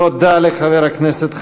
תודה לחבר הכנסת חזן.